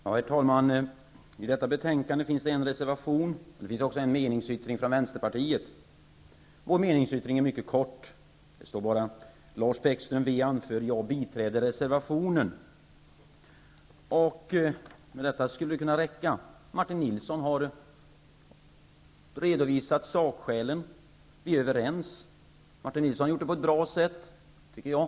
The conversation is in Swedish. Herr talman! Till detta betänkande finns en reservation. Det finns också en meningsyttring från vänsterpartiet. Vår meningsyttring är mycket kort. Det står bara: ''Lars Bäckström anför: Jag biträder reservationen.'' Med detta skulle det kunna räcka. Martin Nilsson har redovisat sakskälen på ett bra sätt, tycker jag.